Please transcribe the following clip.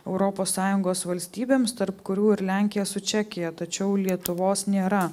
europos sąjungos valstybėms tarp kurių ir lenkija su čekija tačiau lietuvos nėra